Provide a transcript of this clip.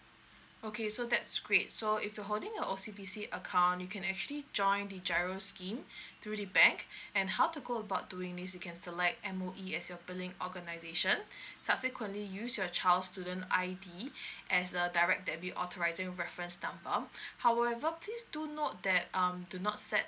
okay so that's great so if you're holding a O C B C account you can actually join the giro scheme through the bank and how to go about doing this you can select M_O_E as your billing organisation subsequently use your child's student I_D as a direct debit authorising reference number however please do note that um do not set